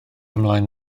ymlaen